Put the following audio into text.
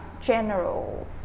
general